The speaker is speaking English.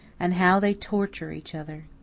and how they torture each other!